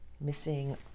missing